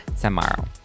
tomorrow